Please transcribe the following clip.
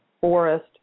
forest